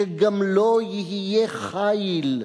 שגם לו יהיה חיל.